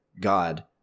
God